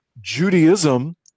Judaism